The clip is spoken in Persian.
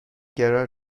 قرار